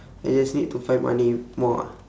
I just need to find money more ah